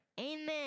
Amen